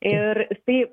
ir tai